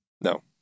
No